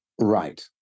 Right